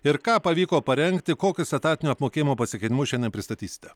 ir ką pavyko parengti kokius etatinio apmokėjimo pasikeitimus šiandien pristatysite